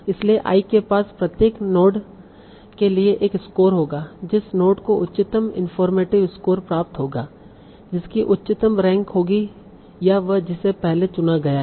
इसलिए I के पास प्रत्येक नोड के लिए एक स्कोर होगा और जिस नोड को उच्चतम इन्फोरमेटिव स्कोर प्राप्त होगा जिसकी उच्चतम रैंक होगी या वह जिसे पहले चुना गया है